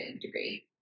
degree